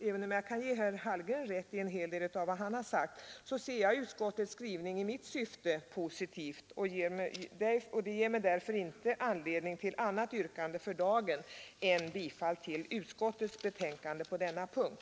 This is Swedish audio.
Även om jag kan ge herr Hallgren rätt i en hel del av vad han har sagt, ser jag utskottets skrivning som positiv i mitt syfte. Detta ger mig för dagen inte anledning till något annat yrkande än om bifall till utskottets hemställan på denna punkt.